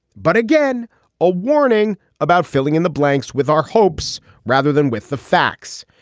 but again a warning about filling in the blanks with our hopes rather than with the facts.